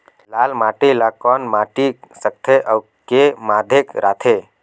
लाल माटी ला कौन माटी सकथे अउ के माधेक राथे?